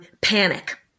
panic